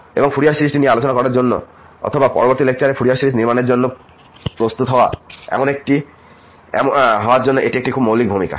এবং Fourier series নিয়ে আলোচনা করার জন্য অথবা পরবর্তী লেকচারে ফুরিয়ার সিরিজ নির্মাণের জন্য প্রস্তুত হওয়ার জন্য এটি একটি খুব মৌলিক ভূমিকা